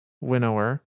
Winnower